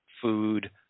food